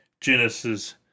Genesis